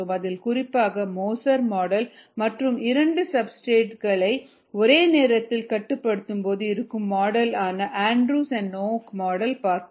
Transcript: அதில் குறிப்பாக Moser model மற்றும் 2 சப்ஸ்டிரேட்களை ஒரே நேரத்தில் கட்டுப்படுத்தும்போது இருக்கும் மாடல் ஆன ஆண்ட்ரூஸ் மற்றும் நோக் மாடல் பார்த்தோம்